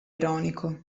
ironico